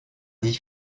dix